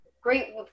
great